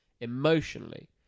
emotionally